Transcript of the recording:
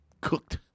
cooked